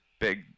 big